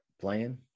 playing